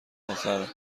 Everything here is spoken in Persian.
آخره